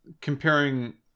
comparing